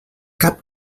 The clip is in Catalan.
cap